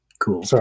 Cool